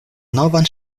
novan